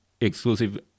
exclusive